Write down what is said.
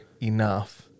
enough